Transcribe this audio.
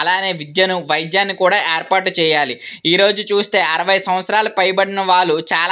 అలాగే విద్యను వైద్యాన్ని కూడా ఏర్పాటు చేయాలి ఈరోజు చూస్తే అరవై సంవత్సరాల పైబడిన వాళ్ళు చాలా